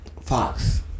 Fox